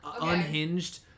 Unhinged